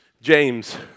James